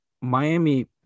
Miami